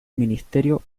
ministerio